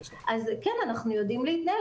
אז אנחנו יודעים להתנהל,